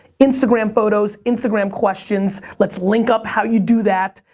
instagram photos, instagram questions, let's link up how you do that,